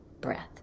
breath